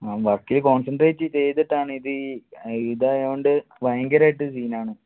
ആ വർക്കിൽ കോൺസൻട്രേറ്റ് ചെയ്തിട്ടാണ് ഇത് ഈ ഇതായതുകൊണ്ട് ഭയങ്കരമായിട്ട് സീനാണ്